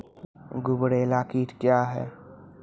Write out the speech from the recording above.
गुबरैला कीट क्या हैं?